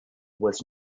was